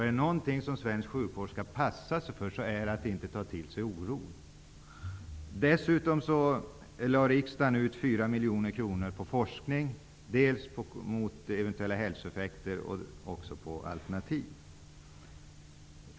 Om det är något som svensk sjukvård skall akta sig för är det att inte ta till sig människors oro. Dessutom lade riksdagen ut 4 miljoner kronor på forskning dels om eventuella hälsoeffekter, dels om alternativ.